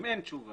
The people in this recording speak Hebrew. אם אין תשובה,